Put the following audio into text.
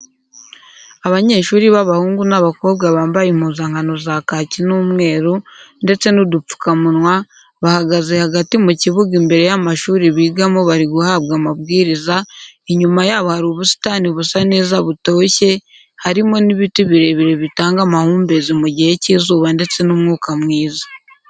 Abanyeshuri b'abahungu n'abakobwa bambaye impuzankano za kaki n'umweru ndetse n'udupfukamunwa, bahagaze hagati mu kibuga imbere y'amashuri bigamo bari guhabwa amabwiriza, inyuma yabo hari ubusitani busa neza butoshye harimo n'ibiti birebire bitanga amahumbezi mu gihe cy'izuba ndetse n'umwuka mwiza.